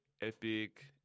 Epic